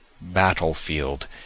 battlefield